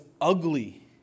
ugly